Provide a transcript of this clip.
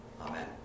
Amen